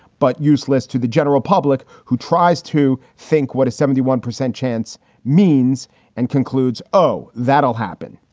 but useless to the general public who tries to think what a seventy one percent chance means and concludes, oh that'll happen.